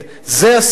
זה הסיפור.